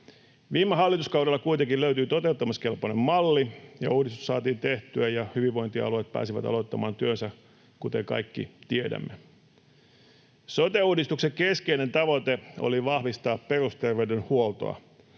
Viime hallituskaudella kuitenkin löytyi toteuttamiskelpoinen malli ja uudistus saatiin tehtyä ja hyvinvointialueet pääsivät aloittamaan työnsä, kuten kaikki tiedämme. Sote-uudistuksen keskeinen tavoite oli vahvistaa perusterveydenhuoltoa,